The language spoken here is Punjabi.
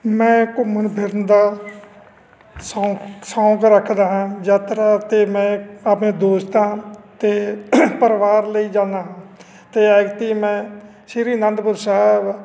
ਮੈਂ ਘੁੰਮਣ ਫਿਰਨ ਦਾ ਸ਼ੋਕ ਸ਼ੌਂਕ ਰੱਖਦਾ ਹਾਂ ਯਾਤਰਾ 'ਤੇ ਮੈਂ ਆਪਣੇ ਦੋਸਤਾਂ ਅਤੇ ਪਰਿਵਾਰ ਲਈ ਜਾਂਦਾ ਅਤੇ ਐਤਕੀ ਮੈਂ ਸ਼੍ਰੀ ਅਨੰਦਪੁਰ ਸਾਹਿਬ